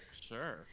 sure